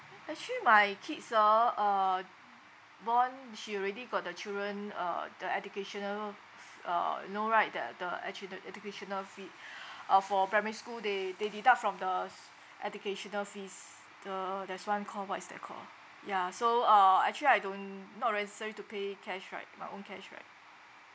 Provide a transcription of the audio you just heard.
actually my kids ah uh born she already got the children uh the educational f~ uh you know right the the actually the educational fee uh for primary school they they deduct from the s~ educational fees the there's one call what is that called ah ya so uh actually I don't not necessary to pay cash right my own cash right